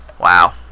Wow